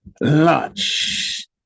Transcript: lunch